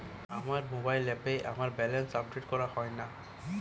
আমার মোবাইল অ্যাপে আমার ব্যালেন্স আপডেট করা হয় না